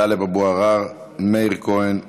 טלב אבו עראר, מאיר כהן,